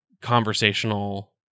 conversational